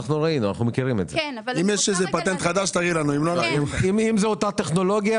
אם אנחנו מדברים על בני נוער שאנחנו לא רוצים שהם יקנו את זה מדמי הכיס,